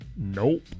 Nope